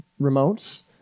remotes